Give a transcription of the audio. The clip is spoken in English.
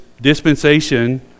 dispensation